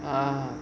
um